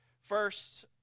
First